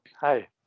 Hi